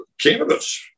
cannabis